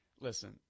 listen